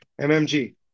mmg